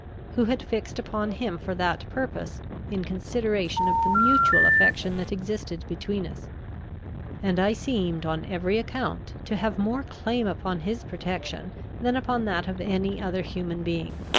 who had fixed upon him for that purpose in consideration of the mutual affection that existed between us and i seemed, on every account, to have more claim upon his protection than upon that of any other human being.